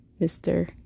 Mr